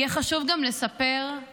יהיה חשוב גם לספר גם